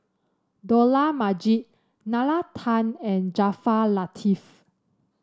Dollah Majid Nalla Tan and Jaafar Latiff